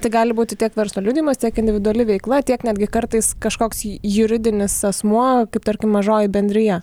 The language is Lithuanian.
tai gali būti tiek verslo liudijimas tiek individuali veikla tiek netgi kartais kažkoks ju juridinis asmuo kaip tarkim mažoji bendrija